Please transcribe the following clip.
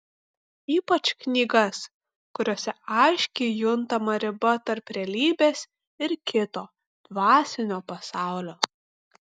ypač knygas kuriose aiškiai juntama riba tarp realybės ir kito dvasinio pasaulio